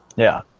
yeah